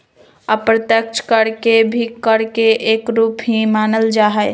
अप्रत्यक्ष कर के भी कर के एक रूप ही मानल जाहई